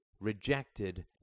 rejected